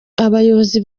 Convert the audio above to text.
abayobozi